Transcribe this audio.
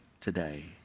today